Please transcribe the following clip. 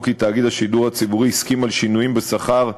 כי תאגיד השידור הציבורי הסכים על שינויים בשכר,